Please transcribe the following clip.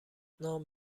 نام